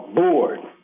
bored